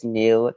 new